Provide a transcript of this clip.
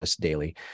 daily